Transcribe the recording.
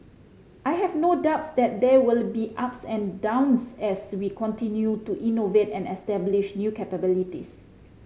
I have no doubt that there will be ups and downs as we continue to innovate and establish new capabilities